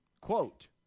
quote